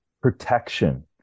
protection